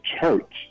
church